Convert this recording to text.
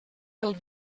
del